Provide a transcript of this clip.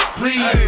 please